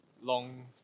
long